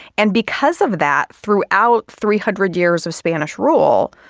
and because of that, throughout three hundred years of spanish rule,